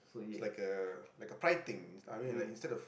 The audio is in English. it's like a like a pride thing I mean like instead of